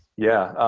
yeah.